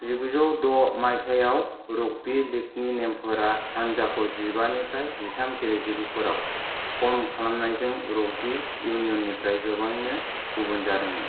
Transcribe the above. जिगुजौ द' मायथाइयाव रग्बी लीग नि नेमफोरा हानजाखौ जिबानिफ्राय जिथाम गेलेगिरिफोराव खम खालामनायजों रग्बी यूनियन निफ्राय गोबाङैनो गुबुन जादोंमोन